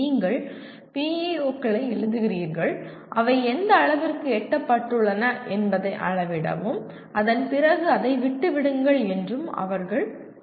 நீங்கள் PEO களை எழுதுகிறீர்கள் அவை எந்த அளவிற்கு எட்டப்பட்டுள்ளன என்பதை அளவிடவும் அதன் பிறகு அதை விட்டு விடுங்கள் என்றும் அவர்கள் கூறுகிறார்கள்